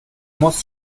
muss